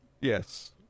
Yes